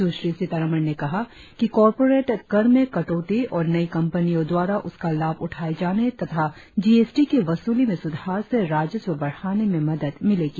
सुश्री सीतारमण ने कहा कि कॉरपोरेट कर में कटौती और नई कंपनियों द्वारा उसका लाभ उठाए जाने तथा जीएसटी की वसूली में सुधार से राजस्व बढ़ाने में मदद मिलेगी